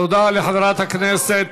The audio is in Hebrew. תודה לחברת הכנסת